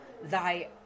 thy